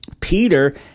Peter